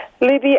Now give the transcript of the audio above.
Libby